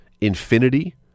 infinity